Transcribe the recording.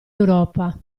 europa